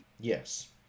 Yes